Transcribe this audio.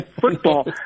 football